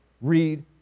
read